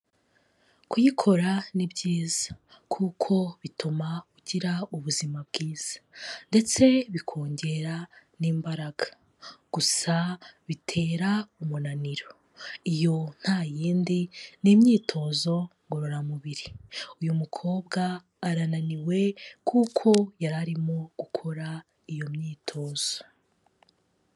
Kuyikora ni byiza, kuko bituma ugira ubuzima bwiza, ndetse bikongera n'imbaraga, gusa bitera umunaniro, iyo nta yindi ni imyitozo ngororamubiri, uyu mukobwa arananiwe kuko yari arimo gukora iyo myitozo.